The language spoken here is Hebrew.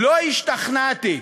לא השתכנעתי.